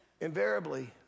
invariably